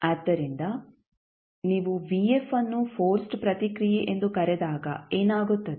ಆದ್ದರಿಂದ ನೀವು ಅನ್ನು ಫೋರ್ಸ್ಡ್ ಪ್ರತಿಕ್ರಿಯೆ ಎಂದು ಕರೆದಾಗ ಏನಾಗುತ್ತದೆ